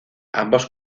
ambos